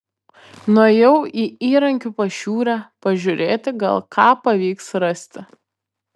nuėjau į įrankių pašiūrę pažiūrėti gal ką pavyks rasti